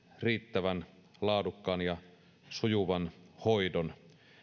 riittävän laadukkaan ja sujuvan hoidon